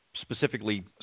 specifically